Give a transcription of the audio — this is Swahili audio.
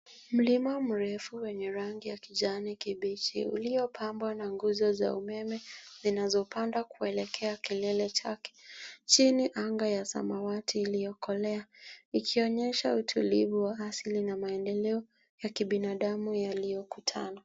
Mlima mrefu wenye rangi ya kijani kibichi uliopambwa na nguzo za umeme zinazopanda kuelekea kilele chake. Chini, anga ya samawati iliyokolea ikionyesha utulivu wa asili na maendeleo ya kibinadamu yaliyokutana.